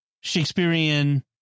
Shakespearean